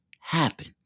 happen